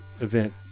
event